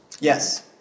Yes